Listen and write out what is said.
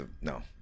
No